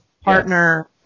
partner